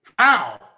Ow